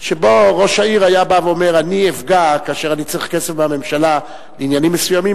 ראש העיר היה בא ואומר: כאשר אני צריך כסף מהממשלה לעניינים מסוימים,